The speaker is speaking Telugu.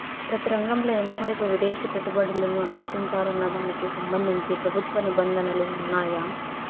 ప్రతి రంగంలో ఎంత మేరకు విదేశీ పెట్టుబడులను అనుమతించాలన్న దానికి సంబంధించి ప్రభుత్వ నిబంధనలు ఉన్నాయా?